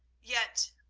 yet,